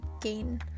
gain